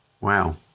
Wow